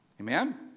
Amen